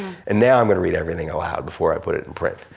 and now i'm gonna read everything aloud before i put it in print.